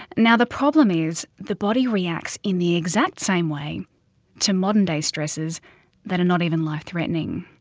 now the problem is, the body reacts in the exact same way to modern day stressors that are not even life-threatening.